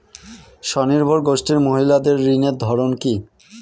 স্বনির্ভর গোষ্ঠীর মহিলাদের ঋণের ধরন কি?